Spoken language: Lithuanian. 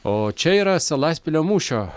o čia yra salaspilio mūšio